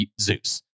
Zeus